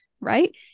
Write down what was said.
right